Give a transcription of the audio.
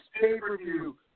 pay-per-view